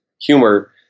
humor